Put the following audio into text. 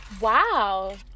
Wow